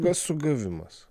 kas sugavimas